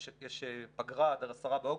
יש פגרה עד ה-10 באוגוסט,